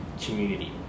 community